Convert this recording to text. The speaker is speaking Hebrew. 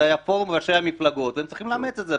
היה פורום ראשי המפלגות והם צריכים לאמץ את זה,